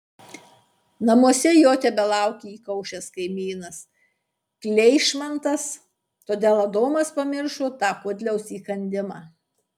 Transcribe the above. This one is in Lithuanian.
namuose jo tebelaukė įkaušęs kaimynas kleišmantas todėl adomas pamiršo tą kudliaus įkandimą